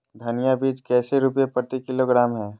धनिया बीज कैसे रुपए प्रति किलोग्राम है?